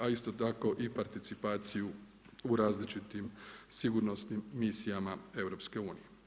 A isto tako i partipaciju u različitim sigurnosnim misijama EU.